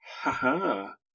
Ha-ha